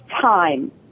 time